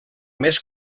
més